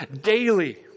daily